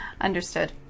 Understood